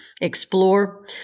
explore